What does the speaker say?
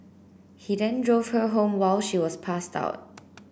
he then drove her home while she was passed out